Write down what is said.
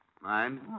Mind